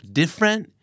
different